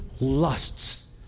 lusts